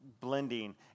Blending